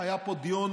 היה פה דיון